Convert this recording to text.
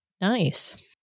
Nice